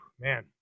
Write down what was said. Man